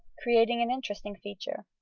creating an interesting feature.